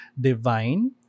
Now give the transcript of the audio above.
divine